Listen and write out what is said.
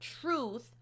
truth